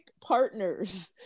partners